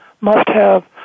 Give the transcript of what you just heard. must-have